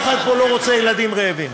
אף אחד פה לא רוצה ילדים רעבים.